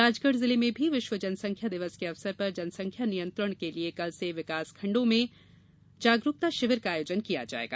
राजगढ़ जिले में भी विश्व जनसंख्या दिवस के अवसर पर जनसंख्या नियंत्रण के लिए कल से विकासखण्डों में जागरुकता शिविर का आयोजन किया जायेगा